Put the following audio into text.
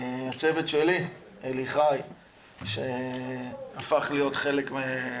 הצוות שלי: אליחי שהפך להיות חלק מן